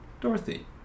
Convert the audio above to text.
Dorothy